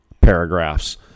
paragraphs